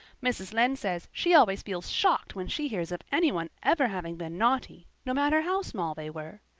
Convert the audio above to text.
mrs. lynde says she always feels shocked when she hears of anyone ever having been naughty, no matter how small they were.